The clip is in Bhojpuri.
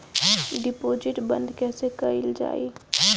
डिपोजिट बंद कैसे कैल जाइ?